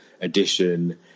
edition